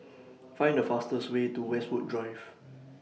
Find The fastest Way to Westwood Drive